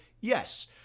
yes